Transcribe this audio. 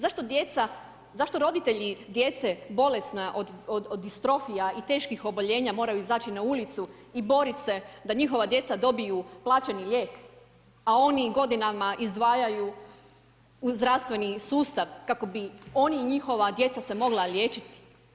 Zašto roditelji djece bolesna od distrofija i teških oboljenja moraju izaći na ulicu i borit se da njihova djeca dobiju plaćeni lijek, a oni godinama izdvajaju u zdravstveni sustav kako bi oni i njihova djeca se mogla liječiti.